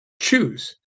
Choose